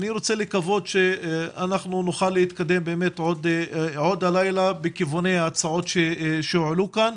אני רוצה לקוות שנוכל להתקדם עוד הלילה בכיווני ההצעות שהועלו כאן.